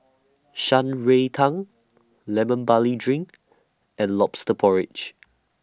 Shan Rui Tang Lemon Barley Drink and Lobster Porridge